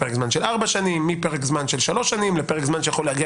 לפרק זמן של ארבע שנים; מפרק זמן של כשלוש שנים לפרק זמן שיכול להגיע,